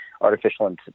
artificial